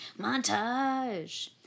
Montage